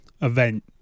event